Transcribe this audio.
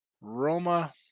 Roma